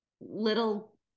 little